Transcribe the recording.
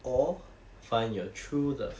or find your true love